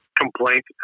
complaint